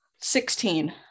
Sixteen